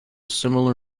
similar